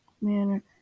manner